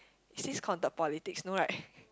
is this counted politics no right